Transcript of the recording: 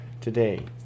today